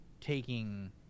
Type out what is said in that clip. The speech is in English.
taking